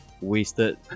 wasted